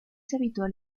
habitual